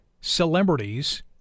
celebrities